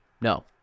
No